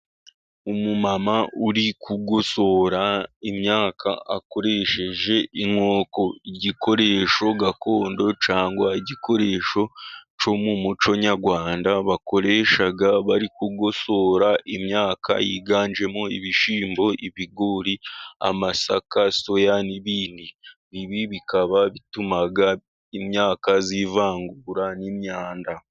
Umumama uri kugosora imyaka akoresheje inkoko, igikoresho gakondo cyangwa igikoresho cyo mu muco nyarwanda bakoresha bari kugosora imyaka yiganjemo ibishyimbo, ibigori, amasaka, soya n'ibindi. Ibi bikaba bituma imyaka yivangura n'imyanda.